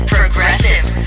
Progressive